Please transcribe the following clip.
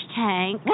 tank